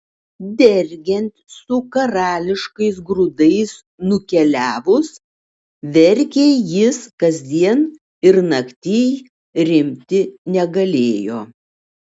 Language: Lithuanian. dergiant su karališkais grūdais nukeliavus verkė jis kasdien ir naktyj rimti negalėjo